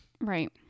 Right